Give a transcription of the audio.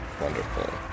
Wonderful